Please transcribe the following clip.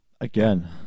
Again